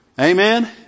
Amen